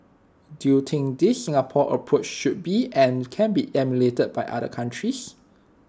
do you think this Singapore approach should be and can be emulated by other countries